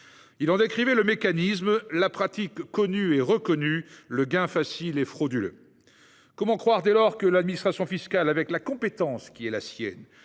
Il en décrivait le mécanisme, la pratique connue et reconnue, le gain facile et frauduleux ... Comment croire, dès lors, que l'administration fiscale, avec la compétence qui est la sienne,